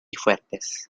fuertes